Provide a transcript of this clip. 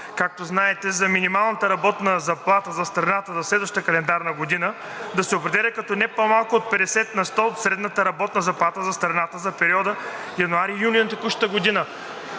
както знаете, за минималната работна заплата за страната за следващата календарна година да се определя като не по-малко от 50 на сто от средната работна заплата за страната за периода януари – юни на текущата година.